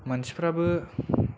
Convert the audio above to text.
मानसिफ्राबो